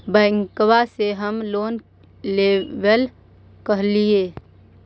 बैंकवा से हम लोन लेवेल कहलिऐ?